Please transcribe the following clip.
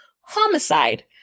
homicide